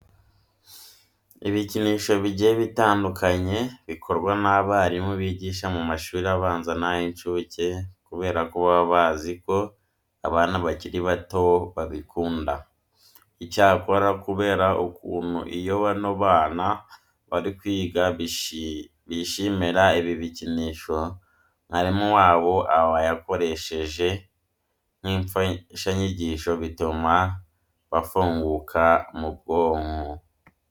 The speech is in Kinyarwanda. Ibikinisho bigiye bitandukanye bikorwa n'abarimu bigisha mu mashuri abanza n'ay'inshuke kubera ko baba bazi ko abana bakiri bato babikunda. Icyakora kubera ukuntu iyo bano bana bari kwiga bishimira ibi bikinisho mwarimu wabo aba yakoresheje nk'imfashanyigisho, bituma bafunguka mu bwonko.